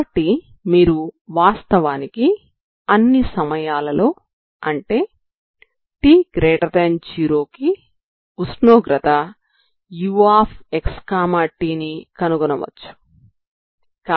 కాబట్టి మీరు వాస్తవానికి అన్ని సమయాలలో అంటే t0 కు ఉష్ణోగ్రత uxt ని కనుగొనవచ్చు